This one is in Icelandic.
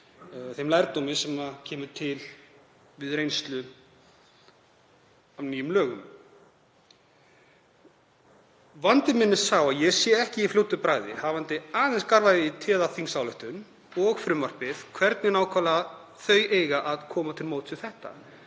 þeim lærdómi sem kemur til við reynslu af nýjum lögum. Vandi minn er sá að ég sé ekki í fljótu bragði, hafandi aðeins flett í téðri þingsályktun og frumvarpi, hvernig nákvæmlega þau eiga að koma til móts við þetta.